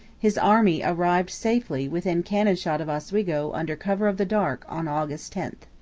his army arrived safely within cannon-shot of oswego under cover of the dark on august ten.